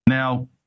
Now